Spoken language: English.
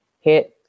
hit